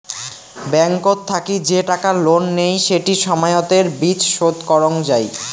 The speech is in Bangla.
ব্যাংকত থাকি যে টাকা লোন নেই সেটি সময়তের বিচ শোধ করং যাই